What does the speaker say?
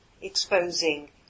exposing